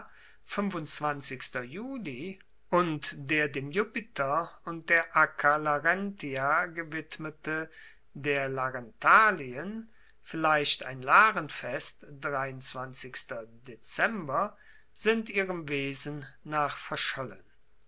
und der dem jupiter und der acca larentia gewidmete der larentalien vielleicht ein larenfest sind ihrem wesen nach verschollen